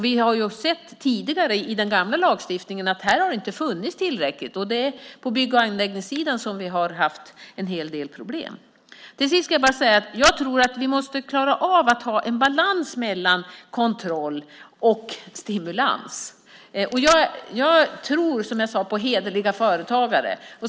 Vi har sett tidigare i den gamla lagstiftningen att den inte har innehållit tillräckligt. Det är på bygg och anläggningssidan som vi har haft en hel del problem. Jag tror att vi måste klara av att ha en balans mellan kontroll och stimulans. Jag tror, som jag sade, på hederliga företagare.